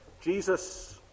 Jesus